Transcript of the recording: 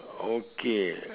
okay